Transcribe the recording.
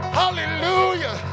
hallelujah